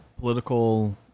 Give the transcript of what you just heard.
political